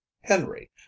Henry